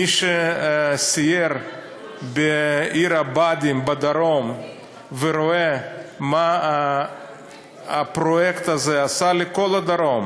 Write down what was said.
מי שסייר בעיר-הבה"דים בדרום וראה מה הפרויקט הזה עשה לכל הדרום,